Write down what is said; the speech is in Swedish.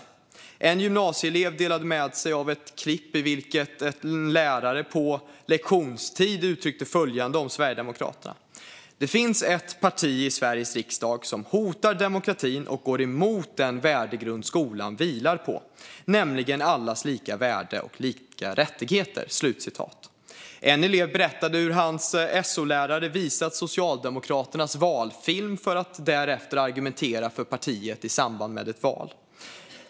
Jag har underlag om utbildningsministern skulle vara intresserad. En gymnasieelev delade ett klipp i vilket en lärare på lektionstid uttrycker följande om Sverigedemokraterna: Det finns ett parti i Sveriges riksdag som hotar demokratin och går emot den värdegrund som skolan vilar på, nämligen allas lika värde och lika rättigheter. En elev berättade att hans SO-lärare hade visat Socialdemokraternas valfilm och därefter argumenterat för partiet i samband med ett val.